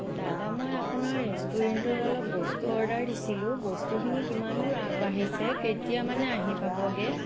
দাদা মই আপোনাৰ ৰেষ্টুৰেণ্টত অলপ বস্তু অৰ্ডাৰ দিছিলোঁ বস্তুখিনি কিমান দূৰ আগবাঢ়িছে কেতিয়ামানে আহি পাবগে